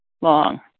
long